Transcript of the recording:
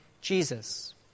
Jesus